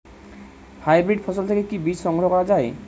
Hybrid ফসল থেকে কি বীজ সংগ্রহ করা য়ায়?